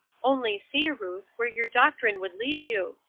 only see, ruth, where your doctrine would lead you!